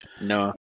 No